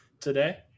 today